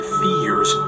fears